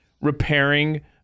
repairing